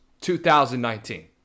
2019